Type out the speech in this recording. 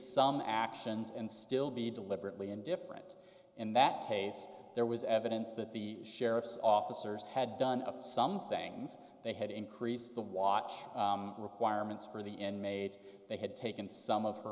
some actions and still be deliberately indifferent in that case there was evidence that the sheriff's officers had done some things they had increased the watch requirements for the inmate they had taken some of her